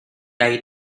đây